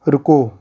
ਰੁਕੋ